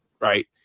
Right